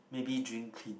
maybe drink clean